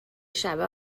شبه